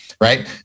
right